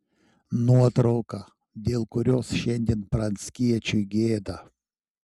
nuotrauka dėl kurios šiandien pranckiečiui gėda